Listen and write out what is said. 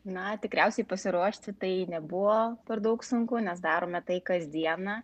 na tikriausiai pasiruošti tai nebuvo per daug sunku nes darome tai kasdieną